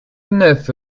neuf